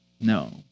No